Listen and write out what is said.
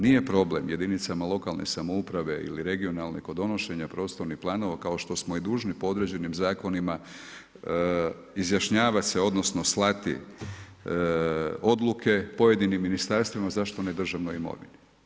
Nije problem jedinicama lokalne samouprave ili regionalne kod donošenja prostornih planova kao što smo i dužni po određenim zakonima izjašnjava se odnosno slati odluke pojedinim ministarstvima zašto ne državnoj imovini?